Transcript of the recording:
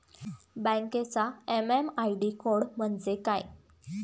बँकेचा MMID code म्हणजे काय?